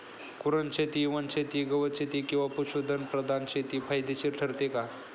कुरणशेती, वनशेती, गवतशेती किंवा पशुधन प्रधान शेती फायदेशीर ठरते का?